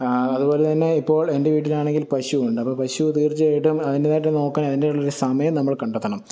അതുപോലെതന്നെ ഇപ്പോള് എന്റെ വീട്ടിലാണെങ്കില് പശു ഉണ്ട് അപ്പോൾ പശു തീര്ച്ചയായിട്ടും അതിന്റേതായിട്ടു നോക്കാന് അതിൻ്റേതായിട്ടുള്ളൊരു സമയം നമ്മള് കണ്ടെത്തണം